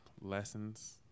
lessons